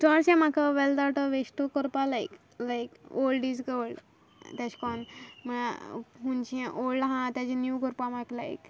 चोडशें म्हाका wealth out of waste कोरपा like like old is gold तेशें कोन्न तेशें कोन्न मागी खुंयचें ओल्ड आसा तें तेजें नीव कोरपा म्हाका लायक